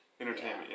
Entertainment